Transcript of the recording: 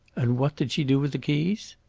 and what did she do with the keys?